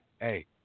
hey